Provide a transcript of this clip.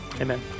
amen